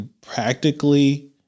practically